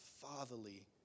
fatherly